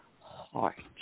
heart